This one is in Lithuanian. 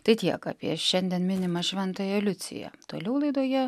tai tiek apie šiandien minimą šentąją liuciją toliau laidoje